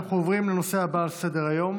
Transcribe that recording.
אנחנו עוברים לנושא הבא על סדר-היום,